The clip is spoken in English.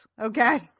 Okay